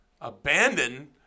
abandon